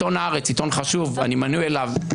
עיתון הארץ, עיתון חשוב, אני מנוי אליו.